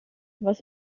was